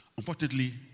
Unfortunately